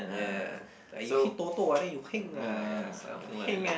ya like you hit Toto ah then you heng ah ya something like that like